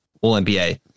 All-NBA